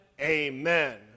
Amen